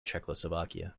czechoslovakia